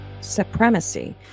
supremacy